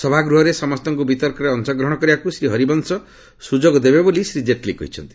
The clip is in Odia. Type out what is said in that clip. ସଭାଗୃହରେ ସମସ୍ତଙ୍କୁ ବିତର୍କରେ ଅଂଶ ଗ୍ରହଣ କରିବାକୁ ଶ୍ରୀ ହରିବଂଶ ସୁଯୋଗ ଦେବେ ବୋଲି ଶ୍ରୀ ଜେଟ୍ଲୀ କହିଛନ୍ତି